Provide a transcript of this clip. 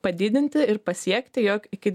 padidinti ir pasiekti jog iki